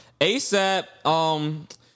ASAP